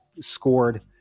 scored